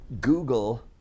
Google